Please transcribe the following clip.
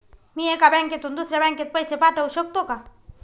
मी एका बँकेतून दुसऱ्या बँकेत पैसे पाठवू शकतो का?